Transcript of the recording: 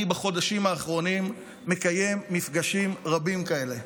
בחודשים האחרונים אני מקיים מפגשים רבים כאלה.